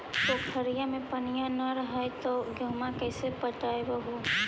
पोखरिया मे पनिया न रह है तो गेहुमा कैसे पटअब हो?